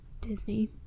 Disney